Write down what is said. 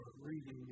reading